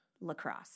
lacrosse